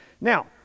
Now